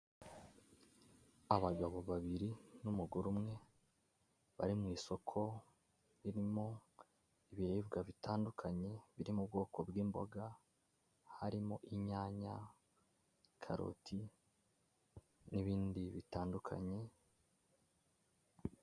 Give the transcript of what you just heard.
Abagabo babiri n'umugore umwe, bari mu isoko ririmo ibiribwa bitandukanye, biri mu bwoko bw'imboga, harimo inyanya, karoti n'ibindi bitandukanye.